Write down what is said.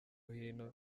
hino